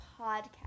podcast